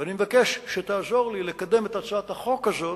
ואני מבקש שתעזור לי לקדם את הצעת החוק הזאת,